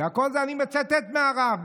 והכול אני מצטט מהרב,